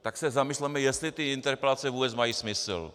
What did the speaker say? Tak se zamysleme, jestli ty interpelace vůbec mají smysl.